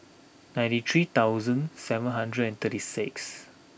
ninety three thousand seven hundred and thirty six